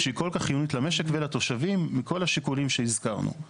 שהיא כל כך חיונית למשק ולתושבים מכל השיקולים שהזכרנו.